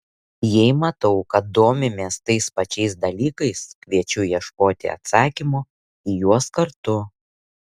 jei matau kad domimės tais pačiais dalykais kviečiu ieškoti atsakymo į juos kartu